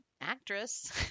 actress